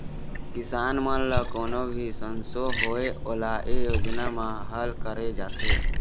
किसान मन ल कोनो भी संसो होए ओला ए योजना म हल करे जाथे